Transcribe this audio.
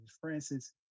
Francis